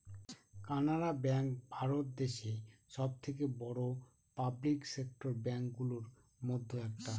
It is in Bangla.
কানাড়া ব্যাঙ্ক ভারত দেশে সব থেকে বড়ো পাবলিক সেক্টর ব্যাঙ্ক গুলোর মধ্যে একটা